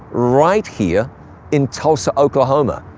right here in tulsa, oklahoma,